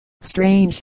strange